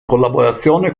collaborazione